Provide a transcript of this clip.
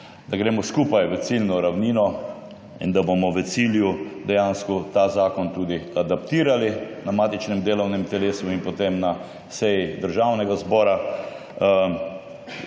da gremo skupaj v ciljno ravnino in da bomo v cilju dejansko ta zakon tudi adaptirali na matičnem delovnem telesu in potem na seji Državnega zbora